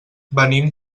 venim